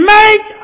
make